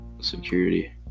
security